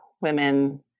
women